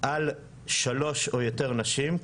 על שלוש או יותר נשים,